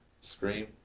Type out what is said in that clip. scream